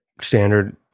standard